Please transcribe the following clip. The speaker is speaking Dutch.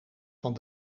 van